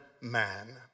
man